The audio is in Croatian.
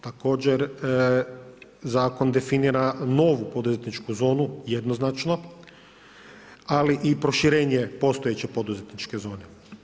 Također, zakon definira novu poduzetničku zonu, jednoznačno, ali i proširenje postojeće poduzetničke zone.